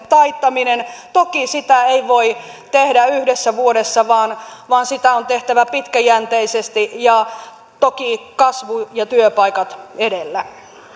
taittaminen toki sitä ei voi tehdä yhdessä vuodessa vaan vaan sitä on tehtävä pitkäjänteisesti ja toki kasvu ja työpaikat edellä myönnän